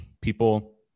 people